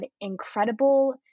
incredible